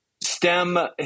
stem